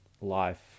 life